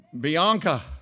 Bianca